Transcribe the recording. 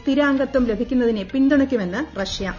സ്ഥിരാംഗത്വം ലഭിക്കുന്നതിനെ പിന്തുണയ്ക്കുമെന്ന് റഷ്യൂ